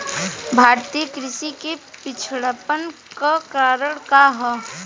भारतीय कृषि क पिछड़ापन क कारण का ह?